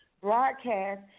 broadcast